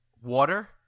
water